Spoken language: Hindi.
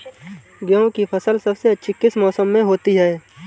गेंहू की फसल सबसे अच्छी किस मौसम में होती है?